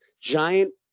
giant